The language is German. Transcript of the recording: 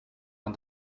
man